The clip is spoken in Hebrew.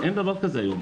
אין דבר כזה היום.